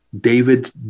David